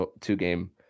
two-game